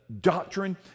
doctrine